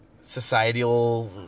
societal